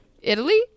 Italy